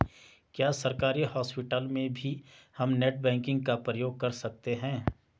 क्या सरकारी हॉस्पिटल में भी हम नेट बैंकिंग का प्रयोग कर सकते हैं?